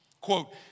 quote